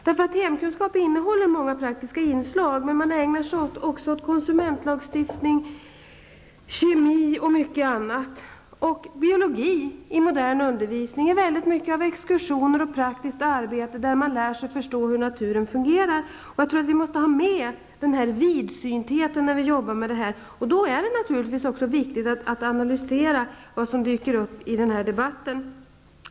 Ämnet hemkunskap innehåller många praktiska inslag, men man ägnar sig också åt konsumentlagstiftning, kemi m.m. Ämnet biologi i den moderna undervisningen utgörs till stor del av exkursioner och praktiskt arbete där man lär sig att förstå hur naturen fungerar. Vi måste ha sådan vidsynthet när vi jobbar med detta. Då är det naturligtvis också viktigt att analysera vad som dyker upp i den här debatten.